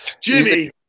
Jimmy